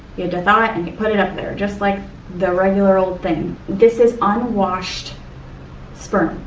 you dethaw it and you put it up there, just like the regular old thing. this is unwashed sperm.